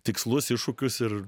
tikslus iššūkius ir